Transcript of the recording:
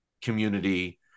community